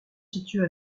situés